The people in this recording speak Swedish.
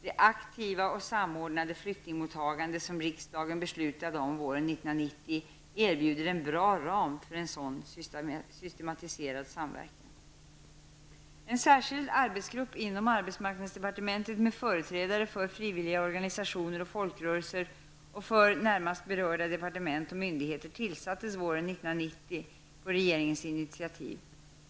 Det aktiva och samordnade flyktingmottagande som riksdagen beslutade om våren 1990 erbjuder en bra ram för en sådan systematiserad samverkan. En särskild arbetsgrupp inom arbetsmarknadsdepartementet, med företrädare för frivilliga organisationer och folkrörelser och för närmast berörda departement och myndigheter, tillsattes våren 1990 på regeringens initiativ.